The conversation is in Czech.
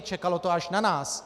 Čekalo to až na nás.